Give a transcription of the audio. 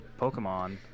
pokemon